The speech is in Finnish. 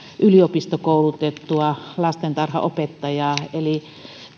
yliopistokoulutettua lastentarhanopettajaa eli